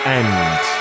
end